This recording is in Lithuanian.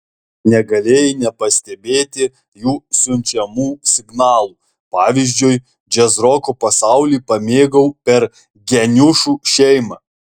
negalėjai nepastebėti jų siunčiamų signalų pavyzdžiui džiazroko pasaulį pamėgau per geniušų šeimą